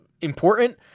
important